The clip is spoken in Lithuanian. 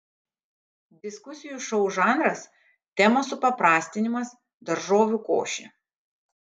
diskusijų šou žanras temos supaprastinimas daržovių košė